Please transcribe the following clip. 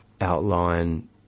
outline